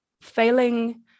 failing